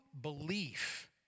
belief